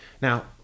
Now